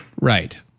Right